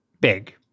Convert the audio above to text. big